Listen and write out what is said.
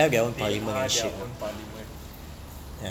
they are their own parliament